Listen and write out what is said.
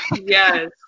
Yes